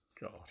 God